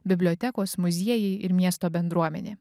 bibliotekos muziejai ir miesto bendruomenė